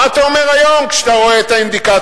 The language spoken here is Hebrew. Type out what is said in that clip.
מה אתה אומר היום, כשאתה רואה את האינדיקטורים?